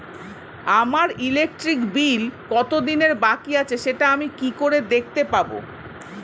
আমার electric bill কত দিনের বাকি আছে সেটা আমি কি করে দেখতে পাবো?